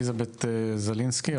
אליזבת זלינסקי.